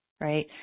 right